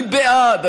אני בעד.